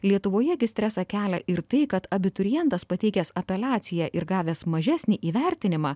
lietuvoje gi stresą kelia ir tai kad abiturientas pateikęs apeliaciją ir gavęs mažesnį įvertinimą